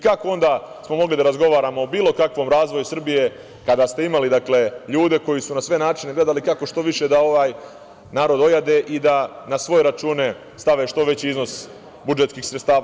Kako smo onda mogli da razgovaramo o bilo kakvom razvoju Srbije kada ste imali ljude koji su na sve načine gledali kako što više da ovaj narod ojade i da na svoje račune stave što veći iznos budžetskih sredstava?